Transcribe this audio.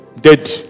dead